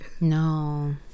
No